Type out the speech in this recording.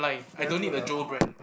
yeah let's go the other timeline